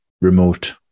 remote